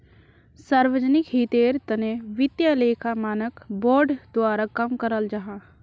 सार्वजनिक हीतेर तने वित्तिय लेखा मानक बोर्ड द्वारा काम कराल जाहा